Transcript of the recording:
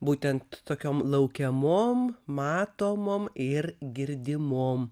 būtent tokiom laukiamom matomom ir girdimom